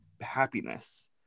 happiness